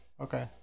okay